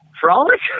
Frolic